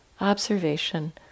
observation